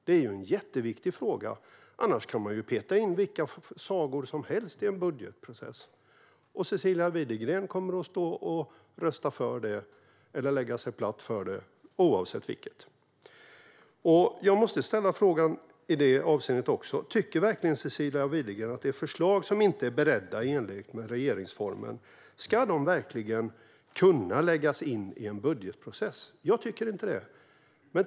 Det är ju en jätteviktig fråga - annars kan man ju peta in vilka sagor som helst i en budgetprocess, och Cecilia Widegren kommer att rösta för det eller lägga sig platt för det oavsett vilket. Jag måste ställa frågan också i detta avseende: Tycker verkligen Cecilia Widegren att förslag som inte är beredda i enlighet med regeringsformen ska kunna läggas in i en budgetprocess? Jag tycker inte det.